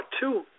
two